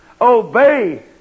Obey